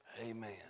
Amen